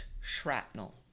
shrapnel